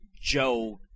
Joe